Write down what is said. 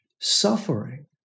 suffering